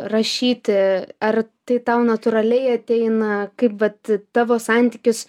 rašyti ar tai tau natūraliai ateina kaip vat tavo santykis